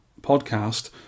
podcast